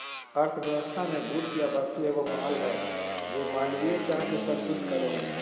अर्थव्यवस्था मे गुड्स या वस्तु एगो माल हय जे मानवीय चाह के संतुष्ट करो हय